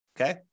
okay